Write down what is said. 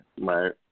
Right